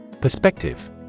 Perspective